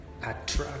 attract